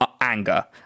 anger